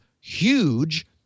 huge